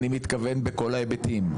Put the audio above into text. אני מתכוון בכל ההיבטים.